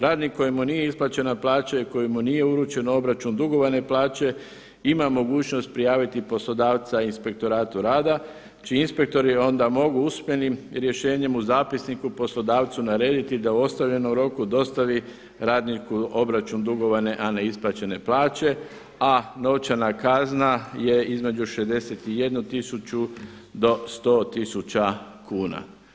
Radnik kojemu nije isplaćena plaća i kojemu nije uručen obračun dugovane plaće ima mogućnost prijaviti poslodavca inspektoratu rada čiji inspektori onda mogu usmenim rješenjem u zapisniku poslodavcu narediti da u … dostavi radniku obračun dugovane a ne isplaćene plaće a novčana kazna je između 61 tisuću do 100 tisuća kuna.